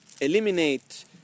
eliminate